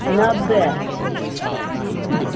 नब्बे